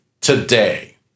today